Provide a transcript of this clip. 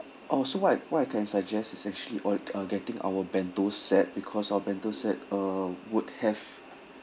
oh so what what I can suggest is actually all uh getting our bento set because our bento set uh would have